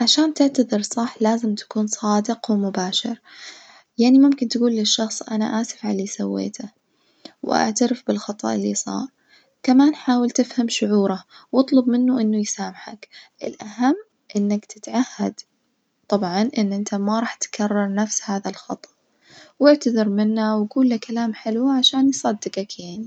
عشان تعتذر صح لازم تكون صادق ومباشر يعني ممكن تجول للشخص أنا آسف على اللي سويته، واعترف بالخطأ اللي صار كمان حاول تفهم شعوره واطلب منه إنه يسامحك، الأهم إنك تتعهد طبعًا إن إنت ما راح تكرر نفس هذا الخطأ، واعتذر منه وجول له كلام حلو عشان يصدجك يعني.